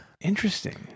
Interesting